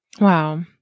Wow